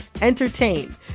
entertain